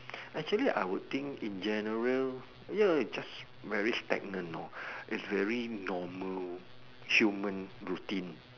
actually I would think in general ya it's just very stagnant lor it's very normal human routine